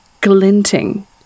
Glinting